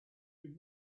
him